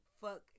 fuck